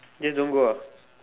just don't go ah